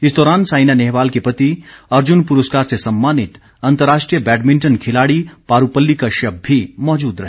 इस दौरान साइना नेहवाल के पति अर्जुन पुरस्कार से सम्मानित अंतर्राष्ट्रीय बैडमिंटन खिलाड़ी पारूपल्ली कश्यप भी मौजूद रहे